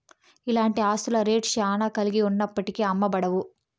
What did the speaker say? ఇలాంటి ఆస్తుల రేట్ శ్యానా కలిగి ఉన్నప్పటికీ అమ్మబడవు